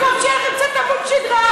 במקום שיהיה לכם קצת עמוד שדרה,